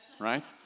right